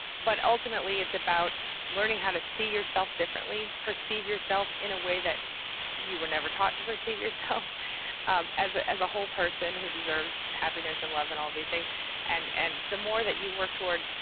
but ultimately it's about learning how to see yourself differently, perceive yourself in a way that you were never taught to perceive yourself as ah as a whole person who deserves happiness and love and all of these things and and the more that you work toward